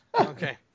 okay